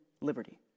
liberty